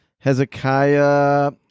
Hezekiah